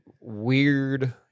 weird